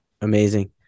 Amazing